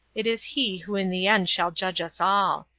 it is he who in the end shall judge us all.